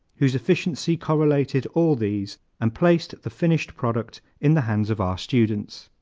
whose efficiency correlated all these and placed the finished product in the hands of our students.